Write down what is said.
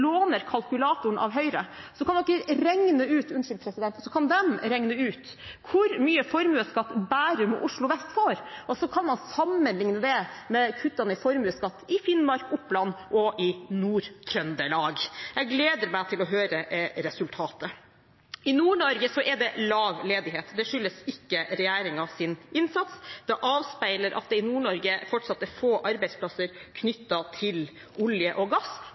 låner kalkulatoren av Høyre, så kan de regne ut hvor mye formuesskatt Bærum og Oslo vest får, og så kan man sammenligne det med kuttene i formuesskatt i Finnmark, Oppland og Nord-Trøndelag. Jeg gleder meg til å høre resultatet. I Nord-Norge er det lav ledighet. Det skyldes ikke regjeringens innsats. Det avspeiler at det i Nord-Norge fortsatt er få arbeidsplasser knyttet til olje og gass.